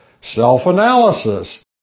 self-analysis